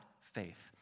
faith